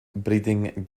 breeding